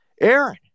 Aaron